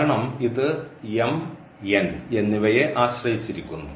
കാരണം ഇത് എന്നിവയെ ആശ്രയിക്കുന്നു